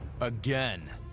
again